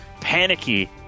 panicky